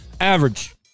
Average